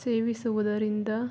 ಸೇವಿಸುವುದರಿಂದ